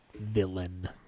villain